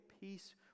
peace